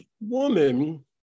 woman